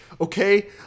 Okay